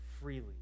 freely